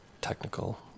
technical